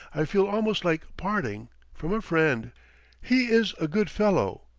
i feel almost like parting from a friend he is a good fellow,